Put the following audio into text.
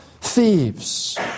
thieves